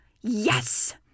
Yes